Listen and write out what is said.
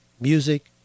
music